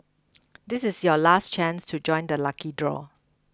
this is your last chance to join the lucky draw